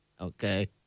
Okay